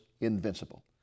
invincible